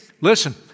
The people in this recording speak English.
listen